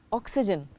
oxygen